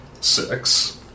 Six